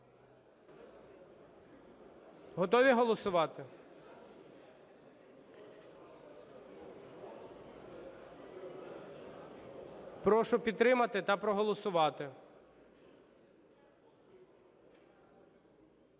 Готові голосувати? Прошу підтримати та проголосувати.